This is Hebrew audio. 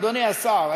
אדוני השר,